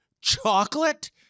chocolate